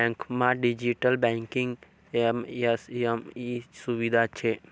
बँकमा digital banking MSME सुविधा शे